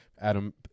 Adam